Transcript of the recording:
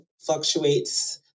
fluctuates